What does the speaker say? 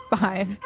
five